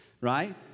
right